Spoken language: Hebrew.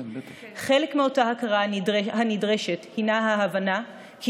חלק מאותה ההכרה הנדרשת היא ההבנה כי